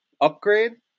upgrade